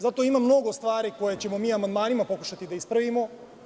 Zato ima mnogo stvari koje ćemo mi amandmanima pokušati da ispravimo.